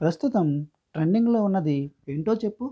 ప్రస్తుతం ట్రెండింగ్లో ఉన్నది ఏంటో చెప్పుము